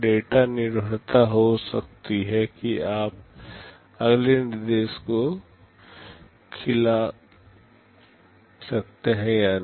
data निर्भरता हो सकती है कि क्या आप अगले निर्देश को खिला सकते हैं या नहीं